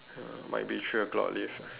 ya might be three o-clock leave eh